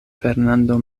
fernando